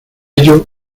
ello